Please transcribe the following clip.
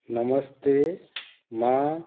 नमस्ते मां